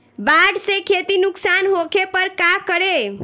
बाढ़ से खेती नुकसान होखे पर का करे?